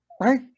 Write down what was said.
Right